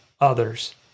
others